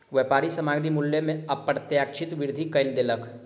व्यापारी सामग्री मूल्य में अप्रत्याशित वृद्धि कय देलक